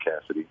Cassidy